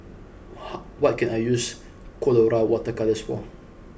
what can I use Colora water colours for